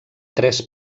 tres